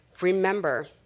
Remember